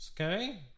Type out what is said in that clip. Okay